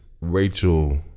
rachel